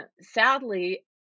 Sadly